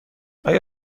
آیا